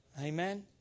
Amen